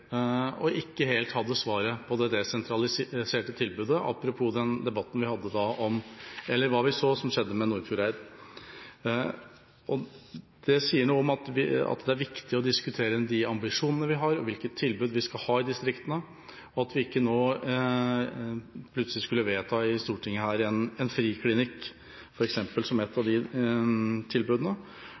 og ikke helt hadde svaret på det desentraliserte tilbudet, apropos det som vi så skjedde med Nordfjordeid. Det sier noe om at det er viktig å diskutere de ambisjonene vi har og hvilket tilbud vi skal ha i distriktene, og at vi ikke nå plutselig skulle vedta i Stortinget f.eks. en friklinikk som et av de tilbudene,